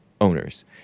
owners